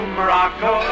Morocco